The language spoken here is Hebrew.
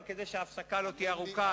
אבל כדי שההפסקה לא תהיה ארוכה,